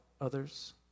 others